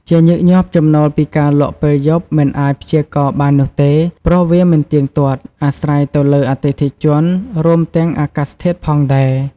ជាញឹកញាប់ ចំណូលពីការលក់ពេលយប់ មិនអាចព្យាករណ៍បាននោះទេ ព្រោះវាមិនទៀងទាត់ អាស្រ័យទៅលើអតិថិជន រួមទាំងអាកាសធាតុផងដែរ។